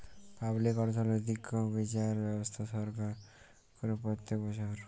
public অর্থনৈতিক্যে বিচার ব্যবস্থা সরকার করে প্রত্যক বচ্ছর